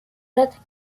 red